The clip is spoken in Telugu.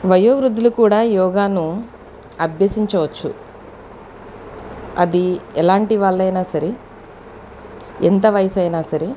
వయో వృద్ధులు కూడా యోగాను అభ్యసించవచ్చు అది ఎలాంటి వాళ్ళైనా సరే ఎంత వయసైనా సరే